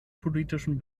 politischen